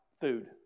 food